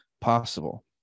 possible